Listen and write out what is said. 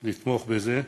לתמוך בזה,